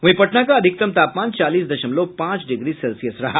वहीं पटना का अधिकतम तापमान चालीस दशमलव पांच डिग्री सेल्सियस रहा